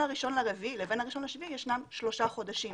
ה-1.4 לבין ה-1.7 ישנם שלושה חודשים,